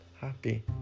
happy